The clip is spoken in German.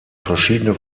verschiedene